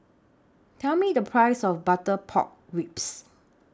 Tell Me The Price of Butter Pork Ribs